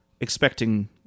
expecting